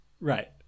Right